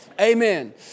Amen